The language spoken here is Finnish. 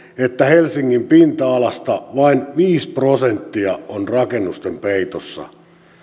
että helsingin pinta alasta vain viisi prosenttia on rakennusten peitossa